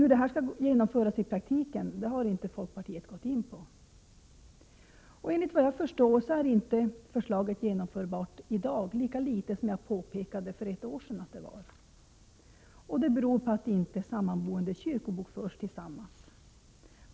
Hur detta skall genomföras i praktiken har dock inte folkpartiet gått in på. Såvitt jag förstår är förslaget inte genomförbart i dag, lika litet som det var för ett år sedan. Det beror på att sammanboende inte kyrkobokförs tillsammans.